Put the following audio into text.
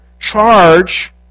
charge